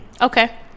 Okay